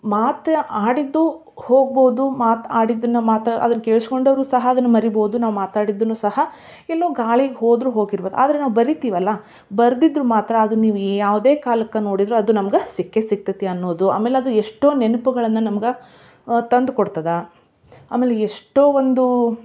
ಮಾತು ಆಡಿದ್ದು ಹೋಗ್ಬೋದು ಮಾತು ಆಡಿದ್ದನ್ನ ಮಾತು ಅದನ್ನ ಕೇಳ್ಶ್ಕೊಂಡೋರು ಸಹ ಅದನ್ನ ಮರಿಬೋದು ನಾವು ಮಾತಾಡಿದ್ದನ್ನು ಸಹ ಎಲ್ಲೋ ಗಾಳಿಗೆ ಹೋದರು ಹೋಗಿರ್ಬೋದು ಆದರೆ ನಾವು ಬರಿತೀವಲ್ಲ ಬರ್ದಿದ್ರೆ ಮಾತ್ರ ಅದು ನೀವು ಯಾವುದೇ ಕಾಲಕ್ಕ ನೋಡಿದರೂ ಅದು ನಮ್ಗ ಸಿಕ್ಕೇ ಸಿಕ್ತೈತಿ ಅನ್ನೋದು ಆಮೇಲೆ ಅದು ಎಷ್ಟೋ ನೆನಪುಗಳನ್ನ ನಮ್ಗ ತಂದು ಕೊಡ್ತದ ಆಮೇಲೆ ಎಷ್ಟೋ ಒಂದು